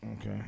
Okay